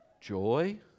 joy